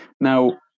Now